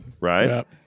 right